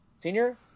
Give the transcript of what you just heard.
senior